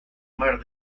mar